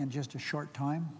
and just a short time